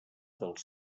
dels